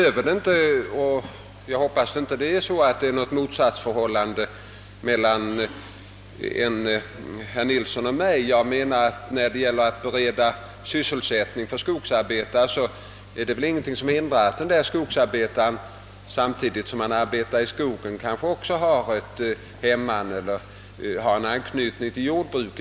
Jag hoppas att det inte är något motsatsförhållande mellan herr Nilsson och mig. Det är väl ingenting som hindrar att en skogsarbetare samtidigt som han arbetar i skogen också har ett hemman eller någon annan anknytning till jordbruket.